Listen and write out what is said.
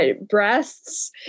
breasts